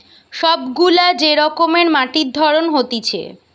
সব গুলা যে রকমের মাটির ধরন হতিছে